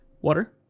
water